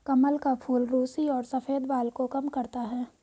कमल का फूल रुसी और सफ़ेद बाल को कम करता है